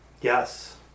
Yes